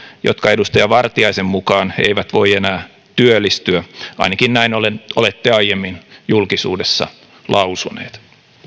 jotka edustaja vartiaisen mukaan eivät voi enää työllistyä ainakin näin olette aiemmin julkisuudessa lausunut